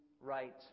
right